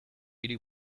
hiri